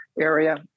area